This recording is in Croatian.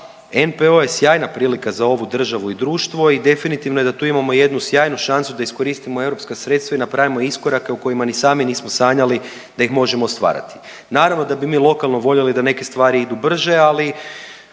NPO je sjajna prilika za ovu državu i društvo i definitivno je da tu imamo jednu sjajnu šansu da iskoristimo europska sredstva i napravimo iskorake o kojima ni sami nismo sanjali da ih možemo stvarati. Naravno da bi mi lokalno voljeli da neke stvari idu brže, ali